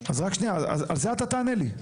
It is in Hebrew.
אז רק שנייה, על זה אתה תענה לי.